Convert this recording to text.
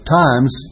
times